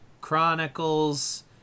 Chronicles